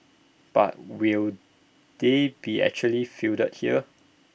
but will they be actually fielded here